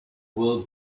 will